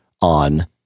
on